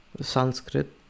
Sanskrit